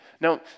Now